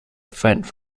french